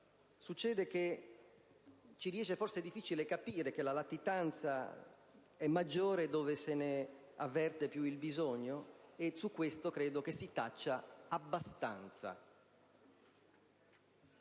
succede che ci riesce forse difficile capire che la latitanza è maggiore dove se ne avverte di più il bisogno. Su questo, credo che si taccia abbastanza.